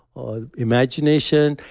or imagination.